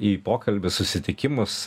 į pokalbius susitikimus